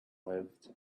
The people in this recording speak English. lived